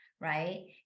right